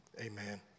Amen